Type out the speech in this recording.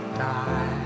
die